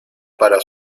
para